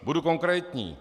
Budu konkrétní.